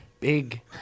big